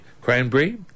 cranberry